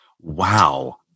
Wow